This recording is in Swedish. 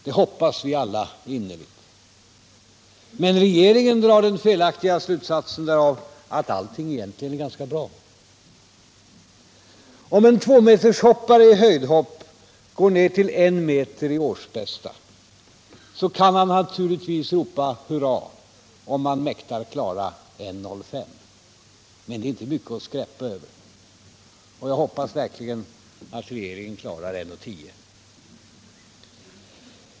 Det hoppas vi alla innerligt. Men regeringen drar den felaktiga slutsatsen därav att allting egentligen är ganska bra. Om en tvåmetershoppare i höjdhopp går ner till I meter i årsbästa, kan han naturligtvis ropa hurra om han mäktar klara 1,05: Men det är inte mycket att skräppa över. Och jag hoppas verkligen att regeringen klarar 1,10.